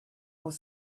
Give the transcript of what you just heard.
was